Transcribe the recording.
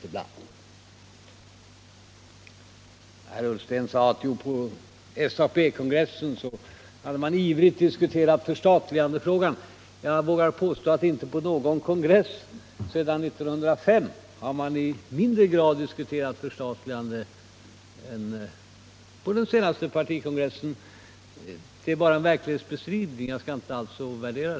Herr Ullsten sade att man på SAP-kongressen ivrigt hade diskuterat förstatligandefrågan. Jag vågar dock påstå att man inte på någon enda kongress sedan år 1905 har i mindre grad diskuterat förstatligande än på den senaste partikongressen. — Detta är bara en verklighetsbeskrivning; jag skall inte alls göra någon värdering.